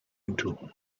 into